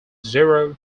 zero